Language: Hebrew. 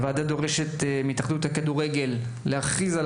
הוועדה דורשת מההתאחדות לכדורגל להכריז על